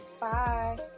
Bye